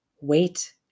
Wait